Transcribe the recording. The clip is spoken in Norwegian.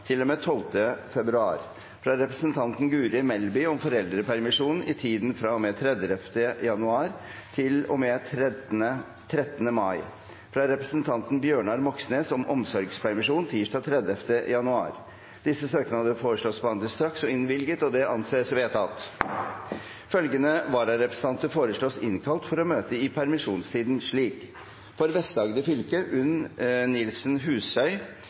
februar. fra representanten Guri Melby om foreldrepermisjon i tiden fra og med 30. januar til og med 13. mai. fra representanten Bjørnar Moxnes om omsorgspermisjon tirsdag 30. januar. Etter forslag fra presidenten ble enstemmig besluttet: Søknadene behandles straks og innvilges. Følgende vararepresentanter innkalles for å møte i permisjonstiden: For Vest-Agder fylke: Unn Nilsen Husøy